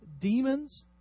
Demons